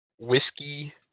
Whiskey